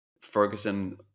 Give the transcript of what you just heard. Ferguson